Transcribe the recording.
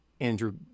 Andrew